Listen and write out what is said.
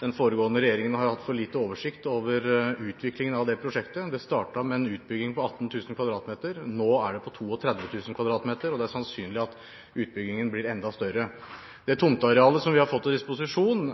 den foregående regjeringen har hatt for lite oversikt over utviklingen av prosjektet. Det startet med en utbygging på 18 000 m2, nå er den på 32 000 m2, og det er sannsynlig at den blir enda større. Det tomtearealet vi har fått til disposisjon